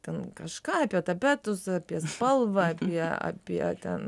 ten kažką apie tapetus apie spalvą apie apie ten